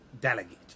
delegate